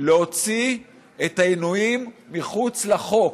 להוציא את העינויים מחוץ לחוק,